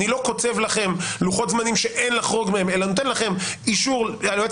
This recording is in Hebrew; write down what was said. אני לא קוצב לכם לוחות זמנים שאין לחרוג מהם אלא נותן לכם אישור ליועץ